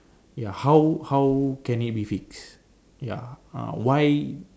ya how how can it be fixed ya uh why